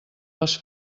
les